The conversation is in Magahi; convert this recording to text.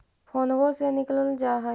फोनवो से निकल जा है?